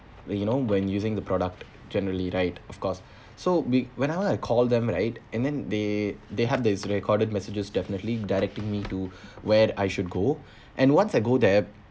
like you know when using the product generally right of course so we whenever I call them right and then they they have this recorded messages definitely directing me to where I should go and once I go there